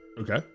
Okay